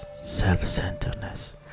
self-centeredness